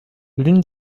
l’une